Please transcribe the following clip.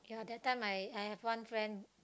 that time I I have one friend